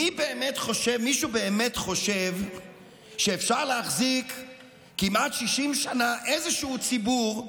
מישהו באמת חושב שאפשר להחזיק כמעט 60 שנה איזשהו ציבור,